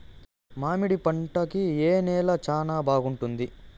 మామిడి పంట కి ఏ నేల చానా బాగుంటుంది